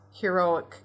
heroic